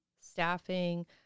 staffing